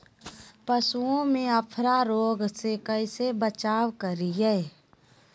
पशुओं में अफारा रोग से कैसे बचाव करिये?